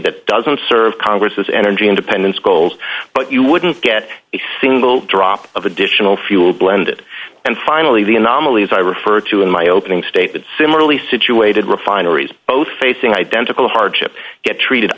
that doesn't serve congress's energy independence goals but you wouldn't get a single drop of additional fuel blended and finally the anomalies i referred to in my opening statement similarly situated refineries both facing identical hardship get treated